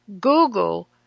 Google